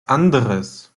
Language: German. anderes